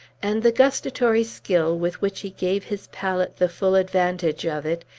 and the gustatory skill with which he gave his palate the full advantage of it,